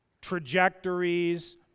trajectories